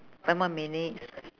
five more minutes